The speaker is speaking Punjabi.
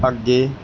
ਅੱਗੇ